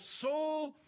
Soul